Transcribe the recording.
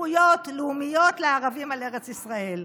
זכויות לאומיות לערבים על ארץ ישראל.